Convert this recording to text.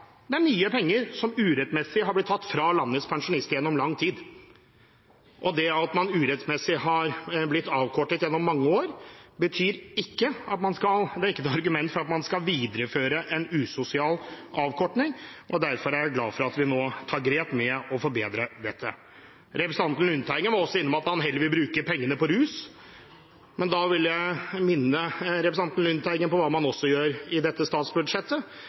det er mye penger som urettmessig har blitt tatt fra landets pensjonister gjennom lang tid. Det at man urettmessig har blitt avkortet gjennom mange år, er ikke noe argument for at man skal videreføre en usosial avkorting. Derfor er jeg glad for at vi nå tar grep for å forbedre dette. Representanten Lundteigen var også innom at han heller vil bruke pengene på rus, men da vil jeg minne representanten Lundteigen om hva man også gjør i dette statsbudsjettet: